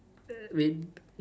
wait